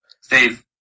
Steve